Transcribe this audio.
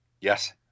Yes